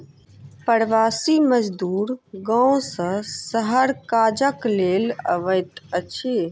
प्रवासी मजदूर गाम सॅ शहर काजक लेल अबैत अछि